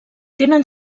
tenen